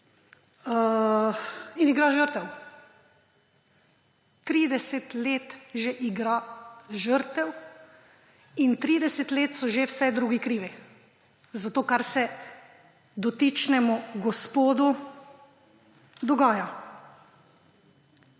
in igra žrtev. 30 let že igra žrtev in 30 let so že vsi drugi krivi za to, kar se dotičnemu gospodu dogaja.